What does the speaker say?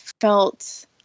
felt